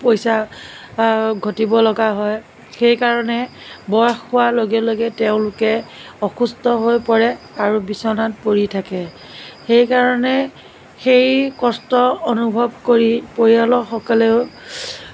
পইচা ঘটিব লগা হয় সেইকাৰণে বয়স হোৱাৰ লগে লগে তেওঁলোকে অসুস্থ হৈ পৰে আৰু বিছনাত পৰি থাকে সেইকাৰণে সেই কষ্ট অনুভৱ কৰি পৰিয়ালৰ লোকসকলেও